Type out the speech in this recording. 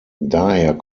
daher